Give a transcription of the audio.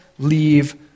Leave